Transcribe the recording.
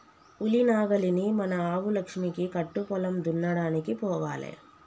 ఉలి నాగలిని మన ఆవు లక్ష్మికి కట్టు పొలం దున్నడానికి పోవాలే